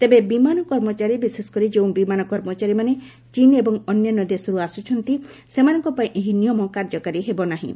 ତେବେ ବିମାନ କର୍ମଚାରୀ ବିଶେଷକରି ଯେଉଁ ବିମାନ କର୍ମଚାରୀମାନେ ଚୀନ ଏବଂ ଅନ୍ୟାନ୍ୟ ଦେଶର୍ ଆସ୍କଚ୍ଚନ୍ତି ସେମାନଙ୍କ ପାଇଁ ଏହି ନିୟମ କାର୍ଯ୍ୟକାରୀ ହେବ ନାହିଁ